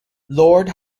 lord